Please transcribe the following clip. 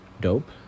Dope